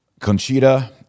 Conchita